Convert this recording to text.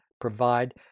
provide